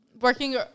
working